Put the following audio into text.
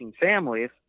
families